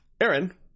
Aaron